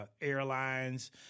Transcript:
Airlines